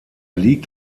liegt